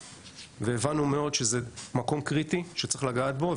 והבנו מאוד שזה מקום קריטי שצריך לגעת בו.